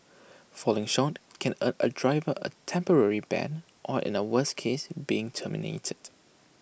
falling short can earn A driver A temporary ban or in A worse case being terminated